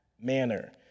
manner